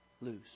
lose